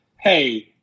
hey